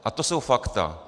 A to jsou fakta.